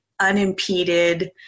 unimpeded